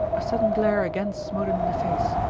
a sudden glare again smote him in the face,